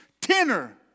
tenor